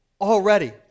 already